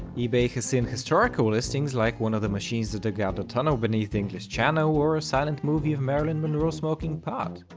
ebay has seen historical listings like one of the machines that dug out the tunnel beneath the english channel or a silent movie of marilyn monroe smoking pot.